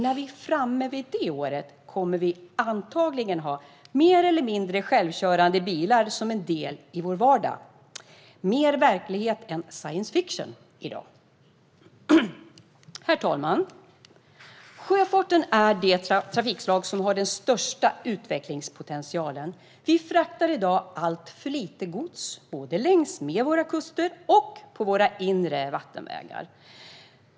När vi är framme vid det året kommer vi antagligen att ha mer eller mindre självkörande bilar som en del i vår vardag. Det är i dag mer verklighet än science fiction. Herr talman! Sjöfarten är det trafikslag som har den största utvecklingspotentialen. Vi fraktar i dag alltför lite gods både längs med våra kuster och på våra inre vattenvägar.